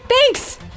Thanks